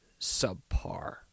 subpar